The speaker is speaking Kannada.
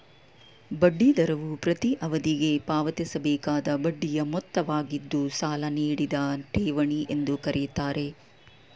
ಬಡ್ಡಿ ದರವು ಪ್ರತೀ ಅವಧಿಗೆ ಪಾವತಿಸಬೇಕಾದ ಬಡ್ಡಿಯ ಮೊತ್ತವಾಗಿದ್ದು ಸಾಲ ನೀಡಿದ ಠೇವಣಿ ಎಂದು ಕರೆಯುತ್ತಾರೆ